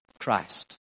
Christ